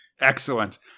Excellent